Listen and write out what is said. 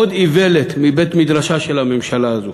עוד איוולת מבית מדרשה של הממשלה הזו,